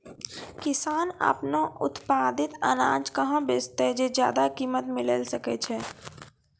किसान आपनो उत्पादित अनाज कहाँ बेचतै जे ज्यादा कीमत मिलैल सकै छै?